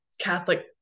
Catholic